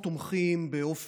אני חושב שהמדיניות ברורה,